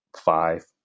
five